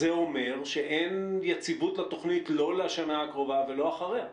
זה אומר שאין יציבות לתוכנית לא לשנה הקרובה ולא אחריה.